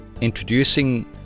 introducing